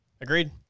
agreed